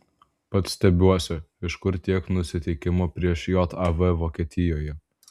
pats stebiuosi iš kur tiek nusiteikimo prieš jav vokietijoje